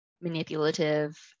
manipulative